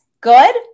good